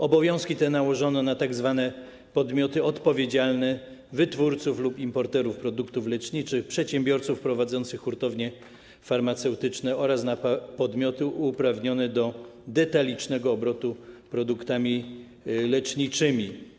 Obowiązki te nałożono na tzw. podmioty odpowiedzialne - wytwórców lub importerów produktów leczniczych, przedsiębiorców prowadzących hurtownie farmaceutyczne oraz na podmioty uprawnione do detalicznego obrotu produktami leczniczymi.